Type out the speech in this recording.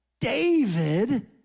David